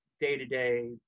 day-to-day